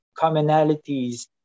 commonalities